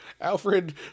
Alfred